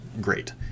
great